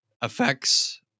affects